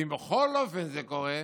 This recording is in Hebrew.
ואם בכל אופן זה קורה,